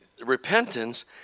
repentance